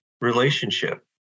relationship